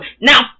Now